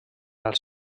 els